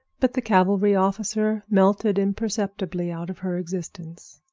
but the cavalry officer melted imperceptibly out of her existence.